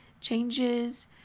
changes